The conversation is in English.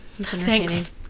Thanks